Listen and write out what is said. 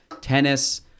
tennis